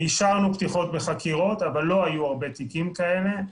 אישרנו פתיחות של חקירות אבל לא היו הרבה תיקים כאלה.